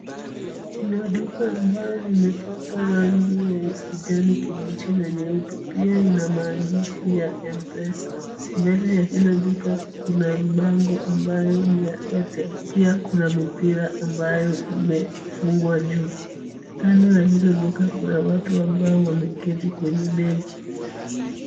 Kuna duka ambalo limepakwa rangi ya kijani kibichi na nyeupe, pia ina maandishi ya M-Pesa, mbele ya hilo duka kuna bango ambayo ni ya Airtel, pia kuna mipira ambayo imefungwa juu, kando ya hilo duka kuna watu ambao wameketi kwenye benchi.